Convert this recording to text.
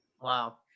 Wow